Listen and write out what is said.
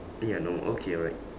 ya normal okay alright